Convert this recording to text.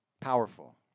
Powerful